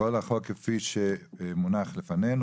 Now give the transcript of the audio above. כל החוק כפי שהוא מונח לפנינו,